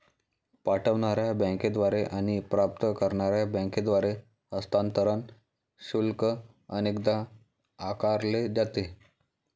पाठवणार्या बँकेद्वारे आणि प्राप्त करणार्या बँकेद्वारे हस्तांतरण शुल्क अनेकदा आकारले जाते